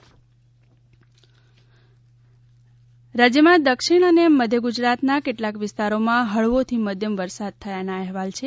હવામાન રાજ્યમાં દક્ષિણ અને મધ્ય ગુજરાતના કેટલાક વિસ્તારોમાં હળવોથી મધ્યમ વરસાદ થયાના અહેવાલ છે